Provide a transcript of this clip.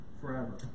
forever